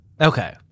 okay